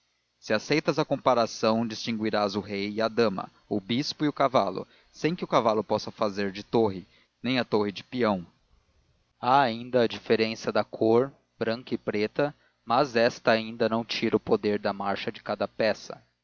se aceitas a comparação distinguirás o rei e a dama o bispo e o cavalo sem que o cavalo possa fazer de torre nem a torre de peão há ainda a diferença da cor branca e preta mas esta não tira o poder da marcha de cada peça